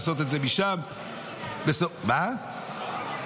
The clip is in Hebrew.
לעשות את זה משם --- מתחת לאלונקה.